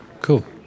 cool